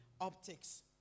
Optics